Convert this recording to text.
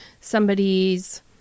somebody's